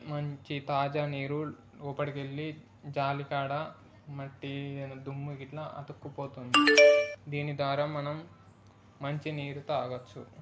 మంచి తాజా నీరు లోపలికి వెళ్ళి జాలి కాడ మట్టి ఏదైనా దుమ్ము ఇలా అతుక్కుపోతుంది దీని ద్వారా మనం మంచి నీరు తాగవచ్చు